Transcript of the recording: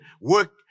work